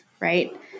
right